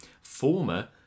former